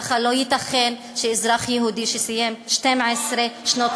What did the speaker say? ככה לא ייתכן שאזרח יהודי שסיים 12 שנות